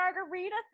margarita